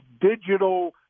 digital